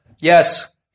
Yes